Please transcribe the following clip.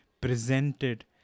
presented